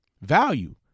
value